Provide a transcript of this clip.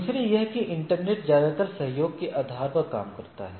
दूसरे यह कि इंटरनेट ज्यादातर सहयोग के आधार पर काम करता है